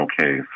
okay